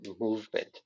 movement